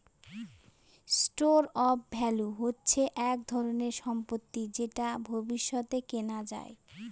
store of value হচ্ছে এক ধরনের সম্পত্তি যেটা ভবিষ্যতে কেনা যায়